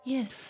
Yes